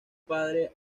padre